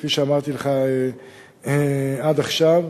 כפי שאמרתי לך עד עכשיו.